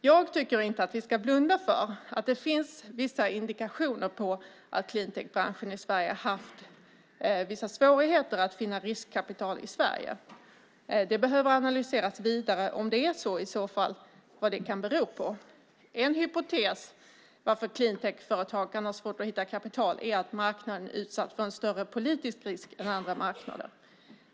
Jag tycker inte att vi ska blunda för att det finns indikationer på att cleantech branschen i Sverige har haft vissa svårigheter att finna riskkapital i Sverige. Det behöver analyseras vidare om det är så och vad det i så fall kan bero på. En hypotes till varför cleantech företagarna ha svårt att hitta kapital är att marknaden är utsatt för en större politisk risk än andra marknader.